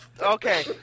Okay